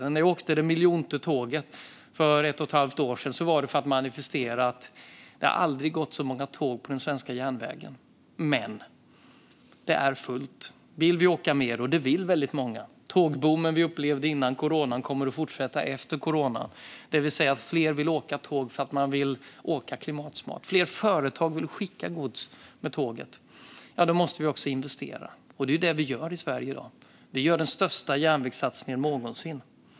När jag åkte det miljonte tåget för ett och ett halvt år sedan var det för att manifestera att det aldrig gått så många tåg på den svenska järnvägen. Men det är fullt. Väldigt många vill åka mer tåg. Tågboomen vi upplevde före coronan kommer att fortsätta efter coronan, det vill säga att fler vill åka tåg för att man vill åka klimatsmart och att fler företag vill skicka gods med tåget. Då måste vi också investera, och det är det vi gör i Sverige i dag. Vi gör den största järnvägssatsningen någonsin.